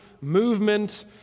movement